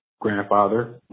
grandfather